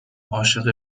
عاشق